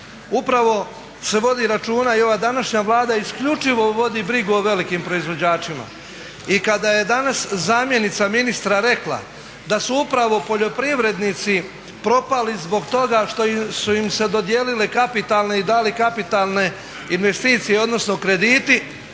upravo se vodi računa i ova današnja Vlada isključivo vodi brigu o velikim proizvođačima. I kada je danas zamjenica ministra rekla da su upravo poljoprivrednici propali zbog toga što su im se dodijelile kapitalne i dale kapitalne investicije, odnosno krediti,